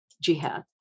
jihad